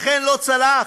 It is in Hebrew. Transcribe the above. אכן, לא צלח,